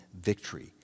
victory